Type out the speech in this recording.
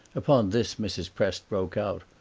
upon this mrs. prest broke out,